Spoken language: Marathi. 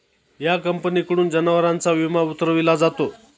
या कंपनीकडून जनावरांचा विमा उतरविला जातो